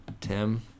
Tim